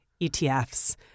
ETFs